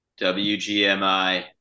WGMI